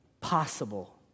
possible